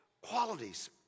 qualities